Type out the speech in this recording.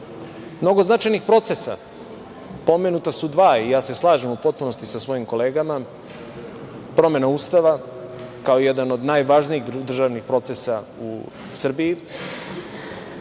nivo. Mnogo značajnih procesa. Pomenuta su dva i ja se u potpunosti slažem sa svojim kolegama, promena Ustava kao jedan od najvažnijih državnih procesa u Srbiji